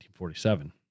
1947